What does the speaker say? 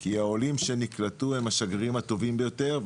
כי העולים שנקלטו הם השגרירים הטובים ביותר,